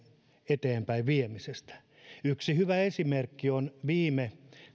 eteenpäin viemiseksi yksi hyvä esimerkki on viime